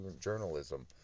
journalism